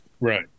Right